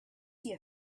see